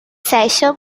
session